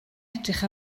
edrych